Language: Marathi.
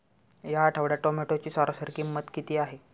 या आठवड्यात टोमॅटोची सरासरी किंमत किती आहे?